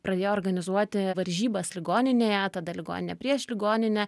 pradėjo organizuoti varžybas ligoninėje tada ir ligoninė prieš ligoninę